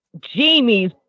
Jamie's